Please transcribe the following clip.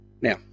Now